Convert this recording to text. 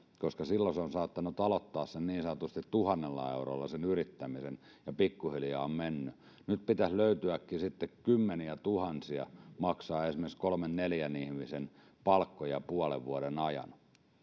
koska silloin hän on saattanut aloittaa niin sanotusti tuhannella eurolla sen yrittämisen ja pikkuhiljaa on mennyt ja nyt pitäisi löytyäkin sitten kymmeniätuhansia joilla maksaa esimerkiksi kolmen neljän ihmisen palkkoja puolen vuoden ajan